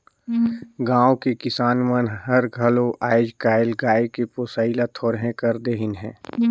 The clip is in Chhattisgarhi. गाँव के किसान मन हर घलो आयज कायल गाय के पोसई ल थोरहें कर देहिनहे